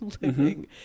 living